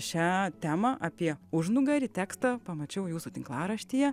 šia tema apie užnugarį tekstą pamačiau jūsų tinklaraštyje